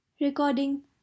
recording